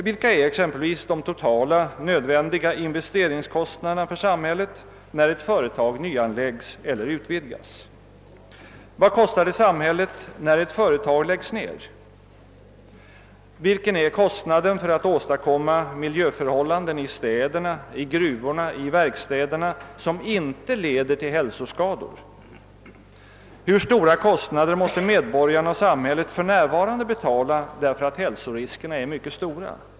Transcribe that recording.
Vilka är exempelvis de totala nödvändiga investeringskostnaderna för samhället när ett företag nyanläggs eller utvidgas? Vad kostar det samhället när ett företag läggs ned? Vilka är kostnaderna för att åstadkomma miljöförhållanden i städerna, i gruvorna och i verkstäderna som inte leder till hälsoskador? Hur stora kostnader måste medborgarna och samhället för närvarande betala därför att hälsoriskerna är mycket stora?